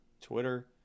Twitter